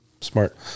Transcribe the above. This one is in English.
smart